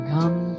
Come